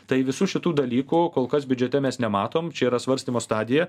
tai visų šitų dalykų kol kas biudžete mes nematom čia yra svarstymo stadija